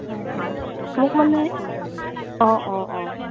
হয় হয় মোক মানে অঁ অঁ অঁ